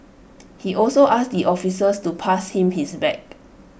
he also asked the officers to pass him his bag